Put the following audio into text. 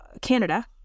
Canada